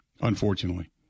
unfortunately